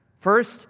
First